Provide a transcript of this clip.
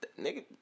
Nigga